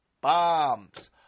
Bombs